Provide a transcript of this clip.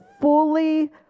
fully